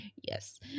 Yes